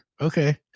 okay